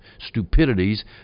stupidities